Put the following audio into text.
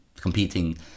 competing